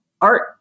art